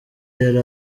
yari